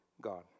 God